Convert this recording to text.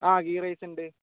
ആ ഗീ റൈസ് ഉണ്ട്